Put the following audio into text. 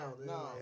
no